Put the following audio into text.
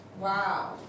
Wow